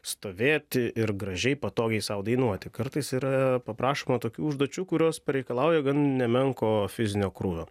stovėti ir gražiai patogiai sau dainuoti kartais yra paprašoma tokių užduočių kurios pareikalauja gan nemenko fizinio krūvio